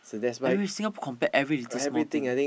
every Singapore compare every little small thing eh